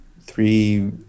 three